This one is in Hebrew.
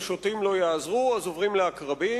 אם שוטים לא יעזרו אז עוברים לעקרבים.